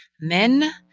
men